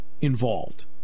involved